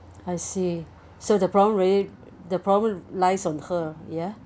I see so the problem really the problem lies on her ya